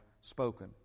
spoken